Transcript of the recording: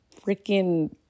freaking